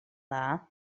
dda